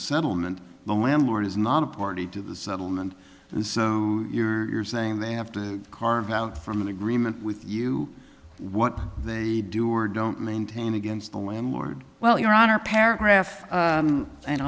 settlement the landlord is not a party to the settlement and so you're saying they have to carve out from an agreement with you what they do or don't maintain against the landlord well your honor paragraph